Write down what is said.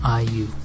IU